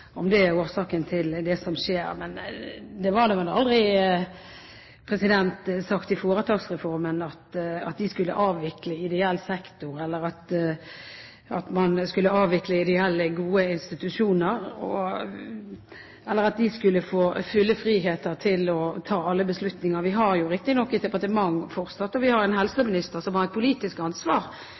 det er årsaken til det som skjer. Det ble vel aldri sagt i forbindelse med foretaksreformen at man skulle avvikle ideell sektor, at man skulle avvikle ideelle, gode institusjoner, eller at en skulle få full frihet til å ta alle beslutninger. Vi har riktignok et departement fortsatt, og vi har en helseminister som har et politisk ansvar,